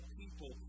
people